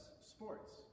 sports